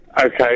Okay